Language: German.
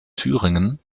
thüringen